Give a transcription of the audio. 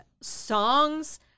songs